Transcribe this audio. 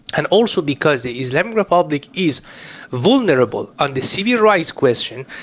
and also because the islamic republic is vulnerable on the civil rights question,